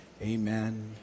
Amen